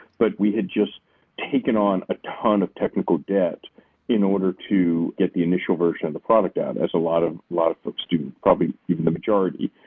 but we just taken on a ton of technical debt in order to get the initial version of the product ad as a lot of lot of folks do, probably even the majority.